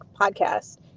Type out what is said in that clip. podcast